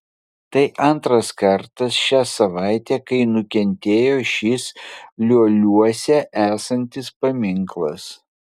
tai antras kartas šią savaitę kai nukentėjo šis lioliuose esantis paminklas